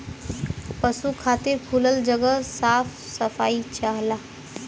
पसु खातिर खुलल जगह साफ सफाई चाहला